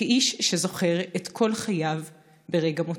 כאיש שזוכר / את כל חייו ברגע מותו."